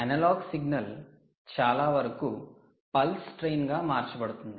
analogue signal చాలావరకు pulse train గా మార్చబడుతుంది